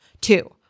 Two